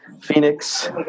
Phoenix